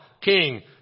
King